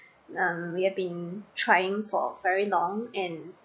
um we have been trying for very long and